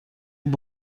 اون